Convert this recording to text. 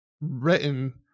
written